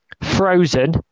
Frozen